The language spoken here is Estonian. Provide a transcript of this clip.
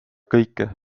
kõike